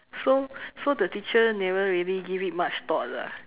so so the teacher never really give it much thought lah